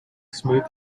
smooth